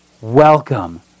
Welcome